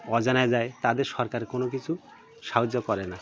অজানায় যায় তাদের সরকার কোনো কিছু সাহায্য করে না